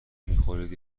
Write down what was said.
میخورید